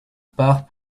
part